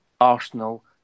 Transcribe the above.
Arsenal